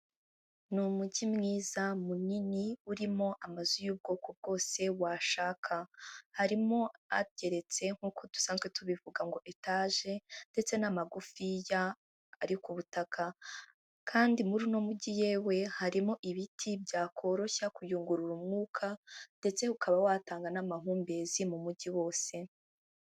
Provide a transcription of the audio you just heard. Ni umujyi mwiza munini urimo amazu y'ubwoko bwose washaka. Harimo ageretse nk'uko dusanzwe tubivuga ngo etaje, ndetse n'amagufiya ari ku butaka. Kandi muri uno mujyi yewe harimo ibiti byakoroshya kuyungurura umwuka ndetse ukaba watanga n'amahumbezi mu mujyi wose.